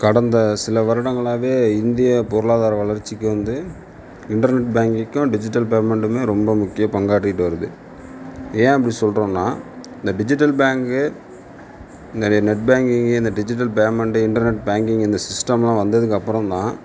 கடந்த சில வருடங்களாகவே இந்திய பொருளாதார வளர்ச்சிக்கு வந்து இன்டர்நெட் பேங்கிங்க்கும் டிஜிட்டல் பேமெண்ட்டுமே ரொம்ப முக்கிய பங்காற்றிகிட்டு வருது ஏன் அப்படி சொல்கிறோன்னா இந்த டிஜிட்டல் பேங்கு இந்த நெட் பேங்கிங்கு இந்த டிஜிட்டல் பேமெண்டு இன்டர்நெட் பேங்கிங்கு இந்த சிஸ்டம்லாம் வந்ததுக்கப்புறம்தான்